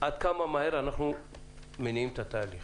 עד כמה מהר אנחנו מניעים את התהליך